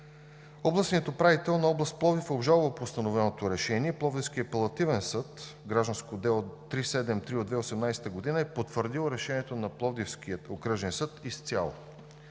Областният управител на област Пловдив обжалва постановеното решение и Пловдивският апелативен съд с гражданско дело № 373 от 2018 г., е потвърдил решението на Пловдивския окръжен съд изцяло.